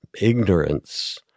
ignorance